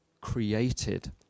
created